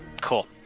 Cool